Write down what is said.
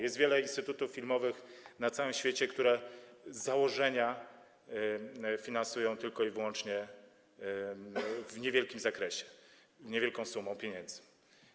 Jest wiele instytutów filmowych na całym świecie, które z założenia finansują tylko i wyłącznie w niewielkim zakresie niewielką sumą pieniędzy.